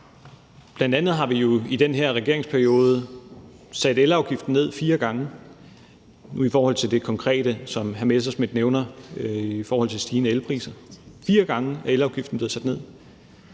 har jo bl.a. i den her regeringsperiode sat elafgiften ned fire gange – sagt i forhold til det konkrete, som hr. Morten Messerschmidt nævner med hensyn til stigende elpriser. Fire gange er elafgiften blevet sat ned